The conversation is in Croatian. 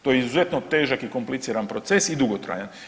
To je izuzetno težak i kompliciran proces i dugotrajan.